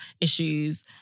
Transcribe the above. issues